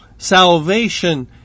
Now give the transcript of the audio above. Salvation